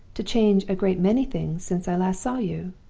to change a great many things since i last saw you?